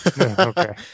okay